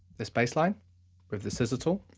this bassline with the scissor tool,